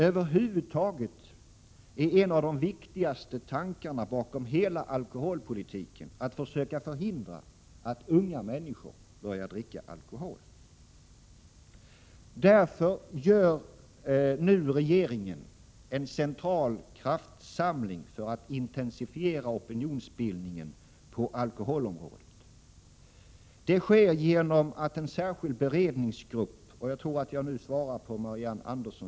Över huvud taget är en av de viktigaste tankarna bakom hela alkoholpolitiken att försöka förhindra att unga människor börjar dricka alkohol. Därför gör nu regeringen en central kraftsamling för att intensifiera opinionsbildningen på alkoholområdet. Det sker genom att en särskild beredningsgrupp har bildats inom rådet för alkoholoch narkotikapolitiska frågor.